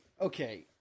okay